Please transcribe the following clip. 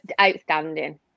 Outstanding